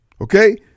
okay